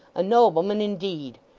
a nobleman indeed!